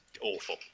awful